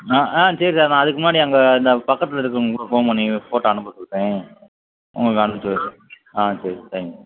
ஆ ஆ சரி சார் நான் அதுக்கு முன்னாடி அங்கே இந்த பக்கத்தில் இருக்கிறவுங்களுக்கு கூட ஃபோன் பண்ணி ஃபோட்டோ அனுப்பச் சொல்கிறேன் உங்களுக்கு அனுப்ச்சு விட்றேன் ஆ சரி தேங்க்யூ